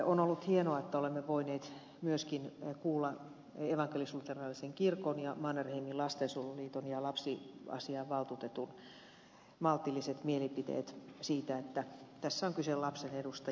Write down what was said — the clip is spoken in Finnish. on ollut hienoa että olemme voineet myöskin kuulla evankelisluterilaisen kirkon ja mannerheimin lastensuojeluliiton ja lapsiasiainvaltuutetun maltilliset mielipiteet siitä että tässä on kyse lapsen edusta